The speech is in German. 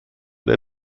der